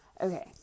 Okay